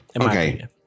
Okay